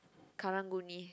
Karang-Guni